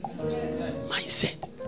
Mindset